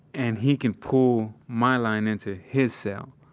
and he can pull my line into his cell.